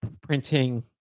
printing